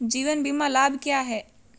जीवन बीमा लाभ क्या हैं?